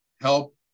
help